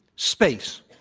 space,